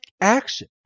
action